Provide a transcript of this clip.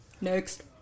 Next